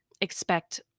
expect